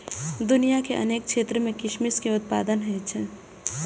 दुनिया के अनेक क्षेत्र मे किशमिश के उत्पादन होइ छै